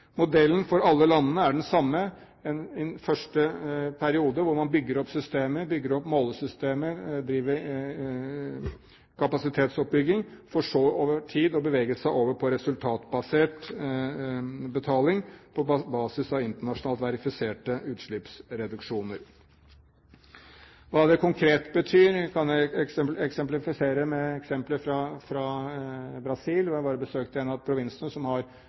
Modellen for alle landene er den samme: først en periode hvor man bygger opp systemer, bygger opp målesystemer, driver kapasitetsoppbygging, for så over tid å bevege seg over på resultatbasert betaling på basis av internasjonalt verifiserte utslippsreduksjoner. Hva det konkret betyr, kan jeg eksemplifisere fra Brasil, hvor jeg besøkte en